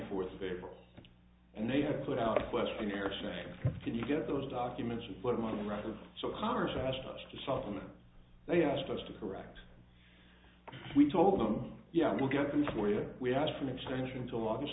fourth of april and they had put out a questionnaire check can you get those documents and put them out of records so congress asked us to supplement they asked us to correct we told them yeah we'll get this where we asked for an extension until august